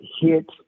hit